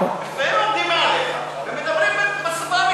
לפעמים עומדים מעליך ומדברים בשפה,